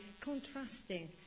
contrasting